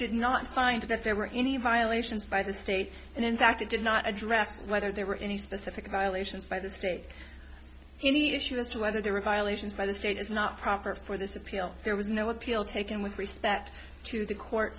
did not find that there were any violations by the state and in fact it did not address whether there were any specific violations by the state any issue as to whether there were violations by the state is not proper for this appeal there was no appeal taken with respect to the court